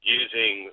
using